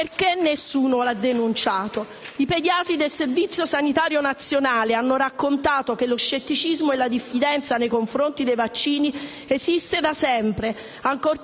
De Pin e Simeoni)*. I pediatri del servizio sanitario nazionale hanno raccontato che lo scetticismo e la diffidenza nei confronti dei vaccini esiste da sempre, ancora